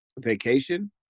Vacation